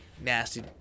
Nasty